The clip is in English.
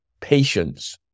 patience